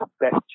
best